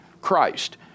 Christ